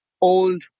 old